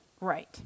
Right